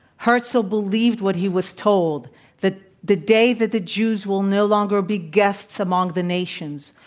herzl believed what he was told that the day that the jews will no longer be guests among the nations,